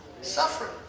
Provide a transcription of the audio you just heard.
Suffering